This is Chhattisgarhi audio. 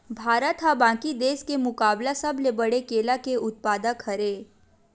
भारत हा बाकि देस के मुकाबला सबले बड़े केला के उत्पादक हरे